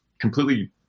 completely